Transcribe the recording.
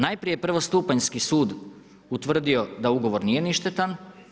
Najprije je prvostupanjski sud utvrdio da ugovor nije ništetan.